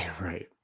Right